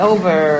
Over